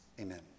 Amen